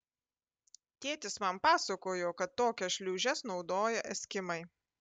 tėtis man pasakojo kad tokias šliūžes naudoja eskimai